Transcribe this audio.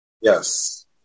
Yes